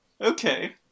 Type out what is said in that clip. Okay